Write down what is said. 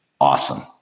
awesome